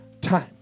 time